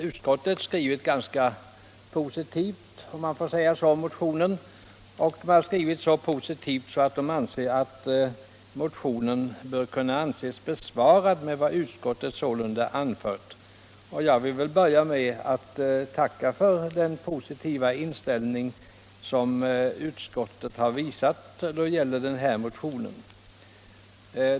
Utskottet har skrivit ganska positivt om motionen, så positivt att man säger att motionen bör anses besvarad med Åtgärder för vad utskottet anfört. förbättrat djurskydd Jag vill börja med att tacka för den positiva inställning som utskottet — m.m. visat då det gäller den här motionen.